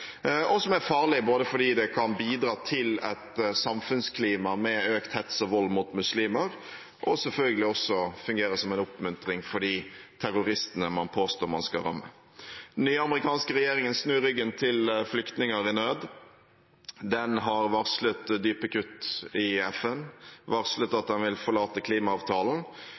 og som er farlig fordi det både kan bidra til et samfunnsklima med økt hets og vold mot muslimer, og selvfølgelig også fungere som en oppmuntring for de terroristene man påstår man skal ramme. Den nye amerikanske regjeringen snur ryggen til flyktninger i nød. Den har varslet dype kutt i FN, varslet at den vil forlate klimaavtalen,